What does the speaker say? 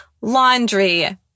laundry